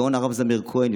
הגאון הרב זמיר כהן,